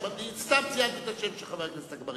סתם ציינתי את שמו של חבר הכנסת אגבאריה.